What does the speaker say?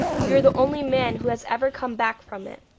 you are the only man who has ever come back from it